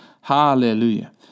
Hallelujah